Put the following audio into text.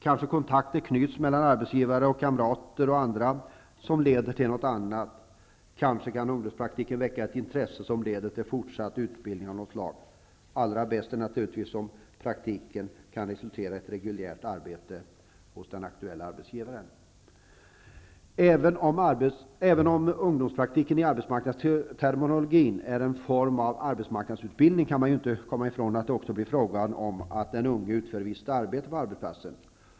Kanske kontakter knyts med arbetsgivare, kamrater och andra som leder till något annat. Kanske kan ungdomspraktiken väcka ett intresse som leder till fortsatt utbildning av något slag. Allra bäst är naturligtvis om praktiken kan resultera i ett reguljärt arbete hos den aktuella arbetsgivaren. Även om ungdomspraktiken i arbetsmarknadsterminologin är en form av arbetsmarknadsutbildning, kan man inte komma ifrån att det också blir fråga om att den unge utför visst arbete på arbetsplatsen.